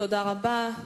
תודה רבה.